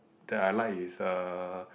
that I like is uh